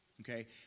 okay